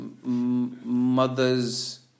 mothers